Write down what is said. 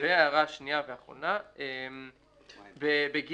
--- והערה שנייה ואחרונה, ב-(ג)